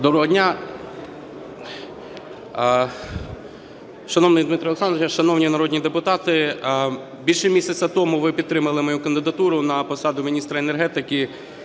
Доброго дня! Шановний Дмитре Олександровичу, шановні народні депутати! Більше місяця тому ви підтримали мою кандидатуру на посаду міністра енергетики.